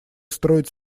строить